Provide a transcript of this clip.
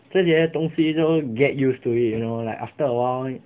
这些的东西就是 get used to it you know like after a while